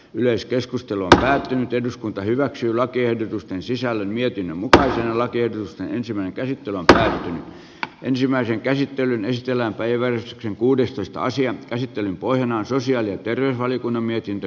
yleiskeskustelu ärtynyt eduskunta hyväksyy lakiehdotusten sisällön mietin mutta rajoitusten ensimmäinen käsittely on tänään ensimmäisen käsittelyn ystävänpäivänä kuudestoista asian käsittelyn pohjana on sosiaali ja terveysvaliokunnan mietintö